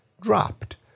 dropped